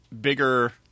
bigger